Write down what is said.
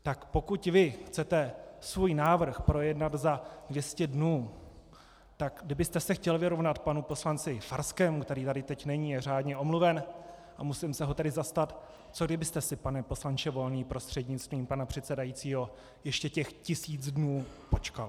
Tak pokud vy chcete svůj návrh projednat za 200 dnů, tak kdybyste se chtěl vyrovnat poslanci Farskému, který tady teď není, je řádně omluven a musím se ho tedy zastat, co kdybyste si, pane poslanče Volný prostřednictvím pana předsedajícího, ještě těch tisíc dnů počkal?